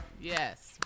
Yes